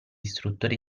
istruttore